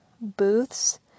booths